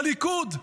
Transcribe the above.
הליכוד.